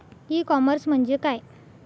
E commerce म्हणजे काय?